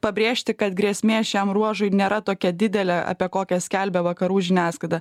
pabrėžti kad grėsmė šiam ruožui nėra tokia didelė apie kokią skelbia vakarų žiniasklaida